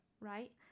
Right